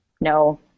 No